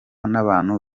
n’abantu